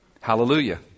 Hallelujah